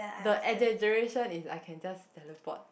the exaggeration is I can just teleport